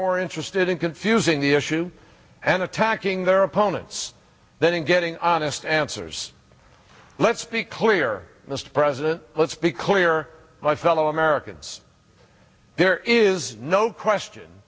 more interested in confusing the issue and attacking their opponents than in getting honest answers let's be clear mr president let's be clear my fellow americans there is no question